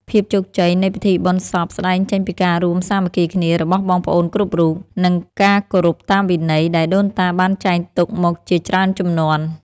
ភាពជោគជ័យនៃពិធីបុណ្យសពស្តែងចេញពីការរួមសាមគ្គីគ្នារបស់បងប្អូនគ្រប់រូប និង ការគោរពតាមវិន័យដែលដូនតាបានចែងទុកមកជាច្រើនជំនាន់។